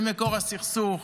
זה מקור הסכסוך,